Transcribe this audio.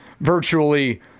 virtually